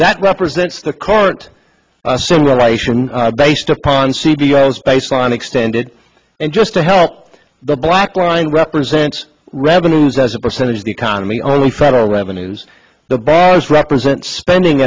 that represents the current simulation based upon baseline extended and just to help the black line represents revenues as a percentage of the economy only federal revenues the balance represents spending